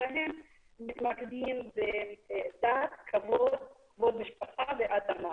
מתמקדים בדת, כבוד, כבוד המשפחה ואדמה.